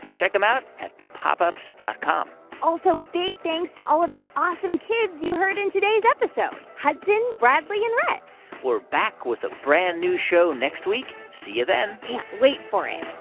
check them out at thepopups dot com also big thanks to all of the awesome kids you heard in today's episode hudson, bradley and rett we're back with a brand-new show next week. see you then can't wait for it